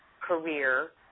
career